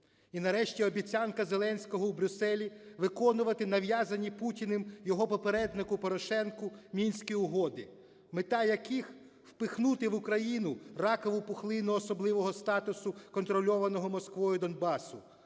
І нарешті обіцянка Зеленського у Брюсселі виконувати нав'язані Путіним його попереднику Порошенку Мінські угоди, мета яких – впихнути в Україну ракову пухлину особливого статусу контрольованого Москвою Донбасу,